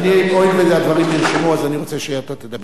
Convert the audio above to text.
הואיל והדברים נרשמו, אז אני רוצה שאתה תדבר.